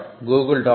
google